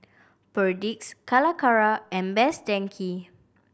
Perdix Calacara and Best Denki